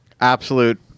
absolute